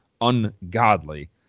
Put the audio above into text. ungodly